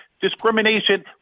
discrimination